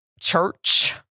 Church